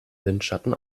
windschatten